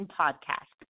podcast